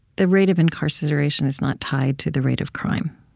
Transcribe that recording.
the rate of incarceration is not tied to the rate of crime.